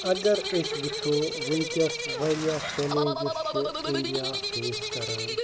اگرأسۍ وٕچھو وٕنکٮ۪س واریاہ چلینٛجٕس چھِ اِنڈیا فیس کَران